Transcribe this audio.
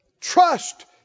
Trust